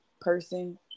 person